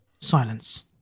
Silence